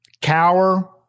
cower